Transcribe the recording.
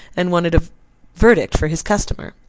and wanted a verdict for his customer.